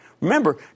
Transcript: Remember